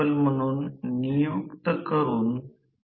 तिथे सुरुवातीच्या प्रतिरोधनातून कमी केले जाऊ शकतात